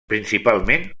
principalment